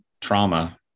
trauma